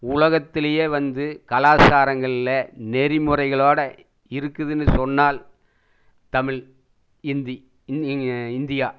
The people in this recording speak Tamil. உலகத்துலேயே வந்து கலாச்சாரங்களில் நெறிமுறைகளோடு இருக்குதுன்னு சொன்னால் தமிழ் இந்தி இந்தியா